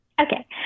Okay